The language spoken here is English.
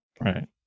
right